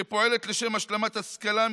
שפועלת לשם השלמת השכלה,